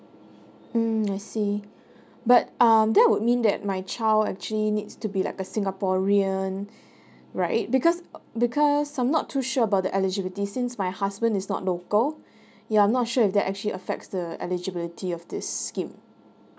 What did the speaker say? mm I see but um that would mean that my child actually needs to be like a singaporean right because uh because I'm not too sure about the eligibility since my husband is not local ya I'm not sure if that actually affects the eligibility of this scheme